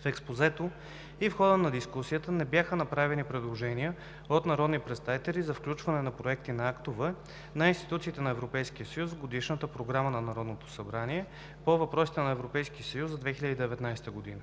В експозето и в хода на дискусията не бяха направени предложения от народни представители за включване на проекти на актове на институциите на Европейския съюз в Годишната програма на Народното събрание по въпросите на Европейския съюз за 2019 г,